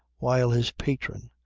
while his patron,